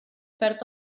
perd